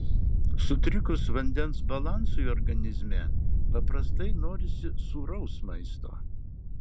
sutrikus vandens balansui organizme paprastai norisi sūraus maisto